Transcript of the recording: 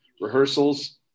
rehearsals